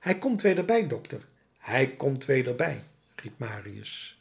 hij komt weder bij dokter hij komt weder bij riep marius